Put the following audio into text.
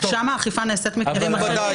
שם האכיפה נעשית במקרים אחרים